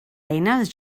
eines